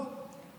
לא.